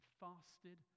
fasted